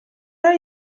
are